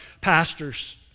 pastors